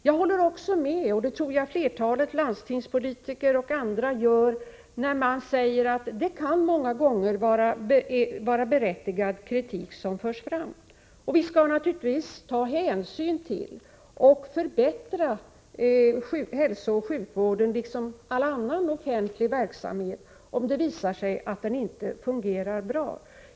Jag håller också med om — och det tror jag att även flertalet landstingspolitiker och andra gör — att den kritik som förs fram många gånger kan vara berättigad. Vi skall naturligtvis ta hänsyn till den och förbättra hälsooch sjukvården liksom all annan offentlig verksamhet, om det visar sig att den inte fungerar bra.